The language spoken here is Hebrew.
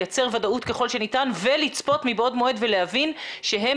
לייצר ודאות ככל שניתן ולצפות מבעוד מועד ולהבין שהם